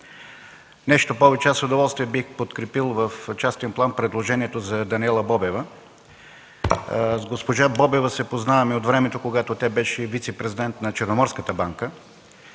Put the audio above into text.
Нещо повече, с удоволствие бих подкрепил в частен план предложението за Даниела Бобева. С госпожа Бобева се познаваме от времето, когато тя беше вицепрезидент на Черноморската банка.